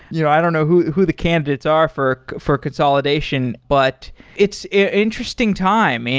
you know i don't know who who the candidates are for for consolidation, but it's an interesting time.